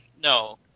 no